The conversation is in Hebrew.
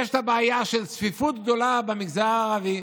יש בעיה של צפיפות גדולה במגזר הערבי.